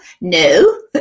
no